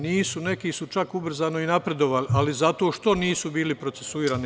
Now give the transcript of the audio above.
Nisu, neki su čak ubrzano i napredovali, ali zato što nisu bili procesuirani.